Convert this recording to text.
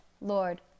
Lord